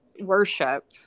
worship